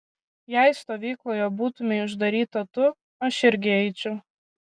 jei stovykloje būtumei uždaryta tu aš irgi eičiau